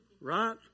right